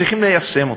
צריכים ליישם אותו.